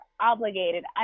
obligated